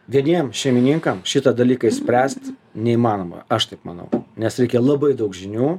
vieniem šeimininkam šitą dalyką išspręst neįmanoma aš taip manau nes reikia labai daug žinių